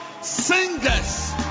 singers